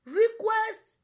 request